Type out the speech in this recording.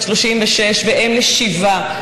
בת 36 ואם לשבעה,